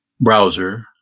browser